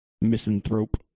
Misanthrope